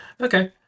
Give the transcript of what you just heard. Okay